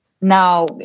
now